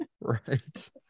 right